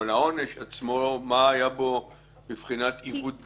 אבל העונש עצמו מה היה בו מבחינת עיוות דין?